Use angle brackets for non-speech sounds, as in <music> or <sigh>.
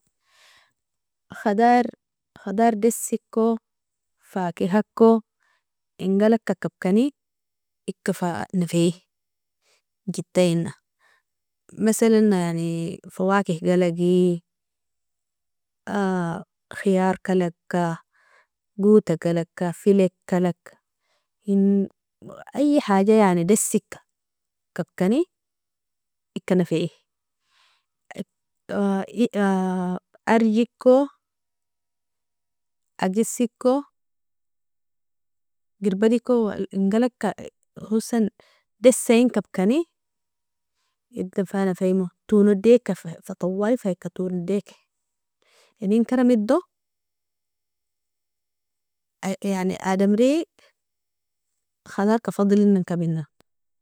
خدار خدار desiko fakihako ingalagka kabkani, ika fa nefi jittaina, masalana yani فواكه galagi <hesitation> khiarkalka, gotagalka, felikalka, in <hesitation> اي حاجة يعني desika kabkani, ika nefi, <hesitation> arjeko, agesiko, girbadiko <hesitation> ingalaka, hosan desain kabkani, edan fa nefimo, tonodi ika fa <hesitation> tawali fa ika tonodiki, inenkaramido <hesitation> ay yani adamri khadarka fadelina kabinan.